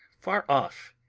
far off,